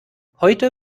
heute